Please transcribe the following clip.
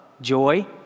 joy